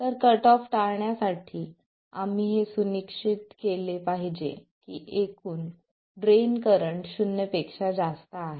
तर cut off टाळण्यासाठी आम्ही हे सुनिश्चित केले पाहिजे की एकूण ड्रेन करंट शून्य पेक्षा जास्त आहे